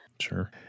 sure